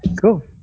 Cool